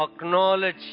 acknowledge